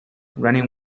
running